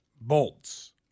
bolts